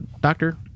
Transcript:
Doctor